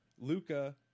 Luca